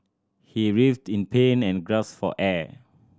he writhed in pain and gasped for air